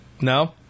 no